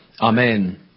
Amen